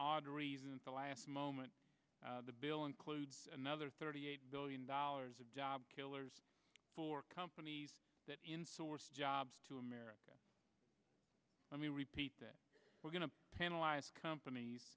odd reason and the last moment the bill includes another thirty eight billion dollars of job killers for companies that in source jobs to america let me repeat that we're going to penalize companies